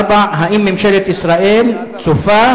4. האם ממשלת ישראל צופה